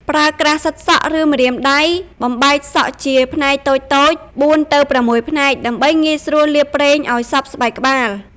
ប្រើក្រាស់សិតសក់ ឬម្រាមដៃបំបែកសក់ជាផ្នែកតូចៗ (៤ ទៅ ៦ ផ្នែក) ដើម្បីងាយស្រួលលាបប្រេងឲ្យសព្វស្បែកក្បាល។